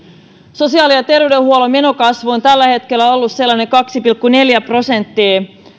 sosiaali ja terveydenhuollon menokasvu on tällä hetkellä ollut sellainen kaksi pilkku neljä prosenttia